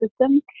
system